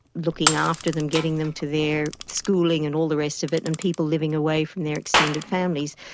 looking after them, getting them to their schooling and all the rest of it, and people living away from their extended families,